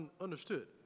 Understood